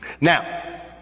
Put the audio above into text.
Now